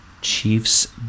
Chiefs